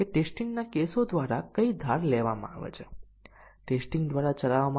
હું આશા રાખું છું કે તમે કંપાઉંડ ની કન્ડીશન આપ્યું હશે આ માટે MCDC ટેસ્ટીંગ ના કેસોની રચના કરી શકાશે